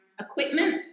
equipment